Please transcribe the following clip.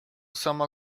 sama